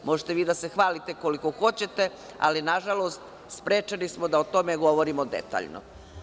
Možete vi da se hvalite koliko hoćete, ali sprečeni smo da o tome govorimo detaljno.